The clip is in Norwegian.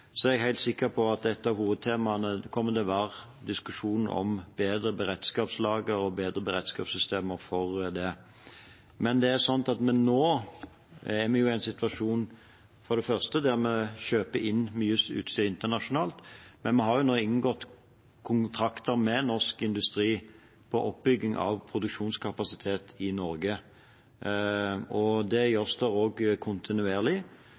er jeg helt sikker på at et av hovedtemaene kommer til å være en diskusjon om bedre beredskapslagre og bedre beredskapssystemer for det. Vi er nå i en situasjon der vi kjøper inn mye utstyr internasjonalt. Vi har nå også inngått kontrakter med Norsk Industri for oppbygging av produksjonskapasitet i Norge. Det gjøres kontinuerlig.